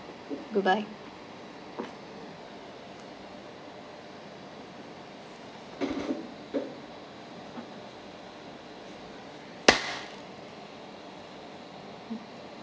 bye bye